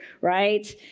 right